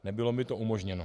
Nebylo mi to umožněno.